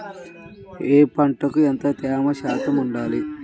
ఏ పంటకు ఎంత తేమ శాతం ఉండాలి?